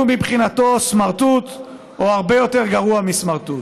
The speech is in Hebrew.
הוא, מבחינתו, סמרטוט או הרבה יותר גרוע מסמרטוט.